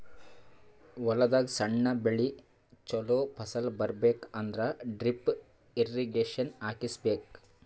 ಹೊಲದಾಗ್ ಸಣ್ಣ ಬೆಳಿ ಚೊಲೋ ಫಸಲ್ ಬರಬೇಕ್ ಅಂದ್ರ ಡ್ರಿಪ್ ಇರ್ರೀಗೇಷನ್ ಹಾಕಿಸ್ಬೇಕ್